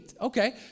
Okay